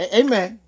amen